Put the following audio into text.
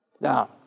Now